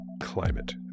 climate